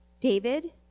David